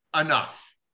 Enough